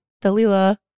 Dalila